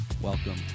welcome